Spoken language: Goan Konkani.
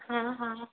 हां हां